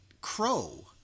crow